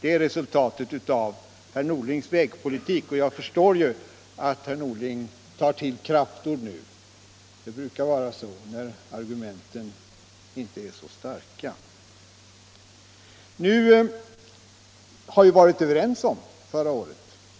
Detta är resultatet av herr Norlings vägpolitik, så jag förstår ju att herr Norling tar till kraftord nu — det brukar vara så när argumenten inte är starka. Nu har vi — förra året — varit överens om inom